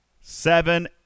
seven